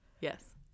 Yes